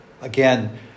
Again